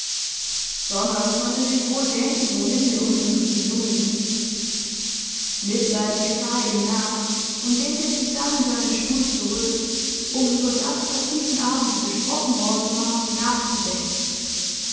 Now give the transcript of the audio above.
berner konnte sich wohl denken wohin der unglückliche junge ging mitleidig sah er ihm nach und lehnte sich dann in seinen stuhl zurück um über das was diesen abend besprochen worden war nachzudenken